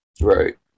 Right